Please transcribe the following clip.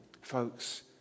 Folks